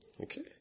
Okay